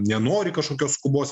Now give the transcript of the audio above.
nenori kažkokios skubos